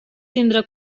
tindrà